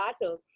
battle